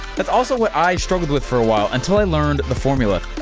but also what i struggled with for a while until i learned the formula.